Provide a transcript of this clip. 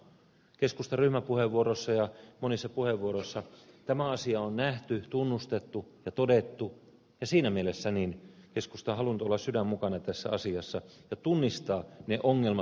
keskustan ryhmäpuheenvuorossa ja monissa puheenvuoroissa tämä asia on nähty tunnustettu ja todettu ja siinä mielessä keskusta on halunnut olla sydän mukana tässä asiassa ja tunnistaa ne ongelmat mitä meillä on